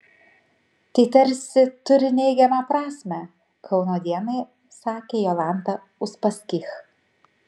tai tarsi turi neigiamą prasmę kauno dienai sakė jolanta uspaskich